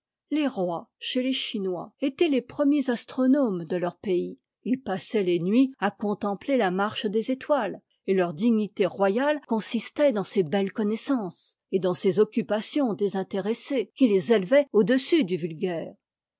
les rois chez les chinois étaient les premiers astronomes de leur pays ils passaient les nuits à contempler la marche des étoiles et leur dignité royale consistait dans ces belles connaissances et dans ces occupations désintéressées qui tes élevaient au-dessus du vulgaire